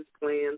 plans